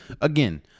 Again